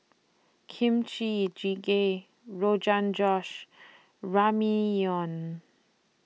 Kimchi Jjigae Rogan Josh and Ramyeon